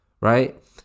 right